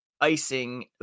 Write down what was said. icing